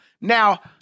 Now